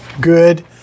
Good